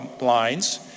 lines